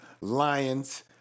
Lions